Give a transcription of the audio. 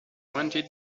wanted